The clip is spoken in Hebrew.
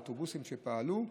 האוטובוסים שפעלו,